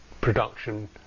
production